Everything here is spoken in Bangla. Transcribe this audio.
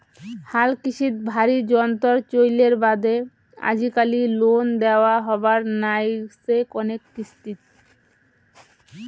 হালকৃষিত ভারী যন্ত্রর চইলের বাদে আজিকালি লোন দ্যাওয়া হবার নাইগচে কণেক কিস্তিত